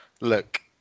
look